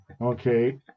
Okay